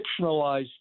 fictionalized